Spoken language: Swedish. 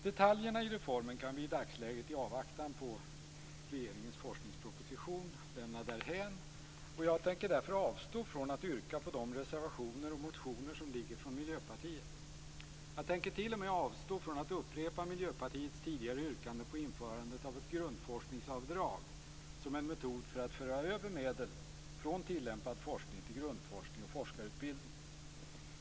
Detaljerna i reformen kan vi i dagsläget, i avvaktan på regeringens forskningsproposition, lämna därhän. Jag tänker därför avstå från att yrka på de reservationer och motioner som föreligger från Miljöpartiet. Jag tänker t.o.m. avstå från att upprepa Miljöpartiets tidigare yrkande på införandet av ett grundforskningsavdrag som en metod för att föra över medel från tillämpad forskning till grundforskning och forskarutbildning.